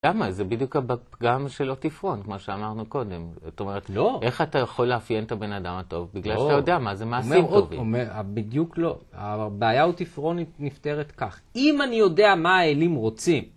למה? זה בדיוק הפגם של אוטיפרון, כמו שאמרנו קודם. לא. איך אתה יכול לאפיין את הבן אדם הטוב? בגלל שאתה יודע מה זה מעשים טובים. הוא אומר, בדיוק לא. הבעיה אוטיפרונית נפתרת כך. אם אני יודע מה האלים רוצים...